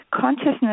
consciousness